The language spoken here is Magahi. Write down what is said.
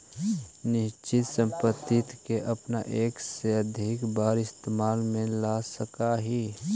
निश्चित संपत्ति के अपने एक से अधिक बार इस्तेमाल में ला सकऽ हऽ